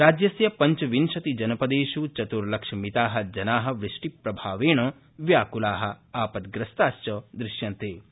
राज्यस्य पञ्चविंशतिजनपदेष् चतुर्दशलक्षमिता जना वृष्टिप्रभावेण व्याकृता आपत्प्रस्ताश्च दृश्यन्ते